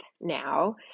now